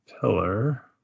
pillar